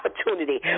opportunity